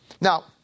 Now